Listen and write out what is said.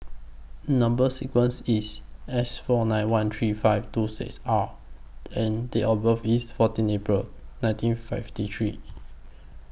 Number sequence IS S four nine one three five two six R and Date of birth IS fourteen April nineteen fifty three